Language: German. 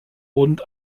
rund